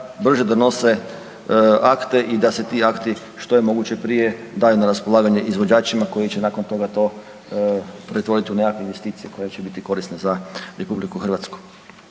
brže donose akte i da se ti akti što je moguće prije daju na raspolaganje izvođačima koji će nakon toga to pretvoriti u nekakve investicije koje će biti korisne za RH. Ima tu